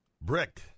Brick